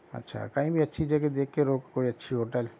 اچھا کہیں بھی اچھی جگہ دیکھ کے روک کوئی اچھی ہوٹل